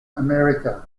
america